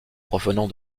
provenant